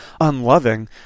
unloving